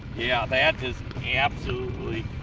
yeah, that is absolutely